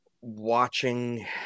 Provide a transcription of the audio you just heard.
watching